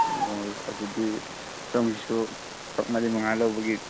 ꯑꯣ ꯑꯗꯨꯗꯤ ꯁꯣꯃꯒꯤꯁꯨ ꯐꯛ ꯃꯔꯤ ꯃꯉꯥ ꯂꯧꯕꯒꯤ